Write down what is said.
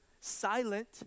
silent